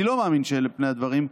אני לא מאמין שאלה פני הדברים,